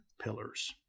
pillars